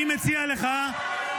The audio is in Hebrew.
אני מציע לך,